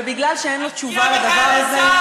ומכיוון שאין לו תשובה לדבר הזה,